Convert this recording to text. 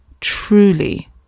truly